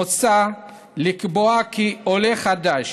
מוצע לקבוע כי עולה חדש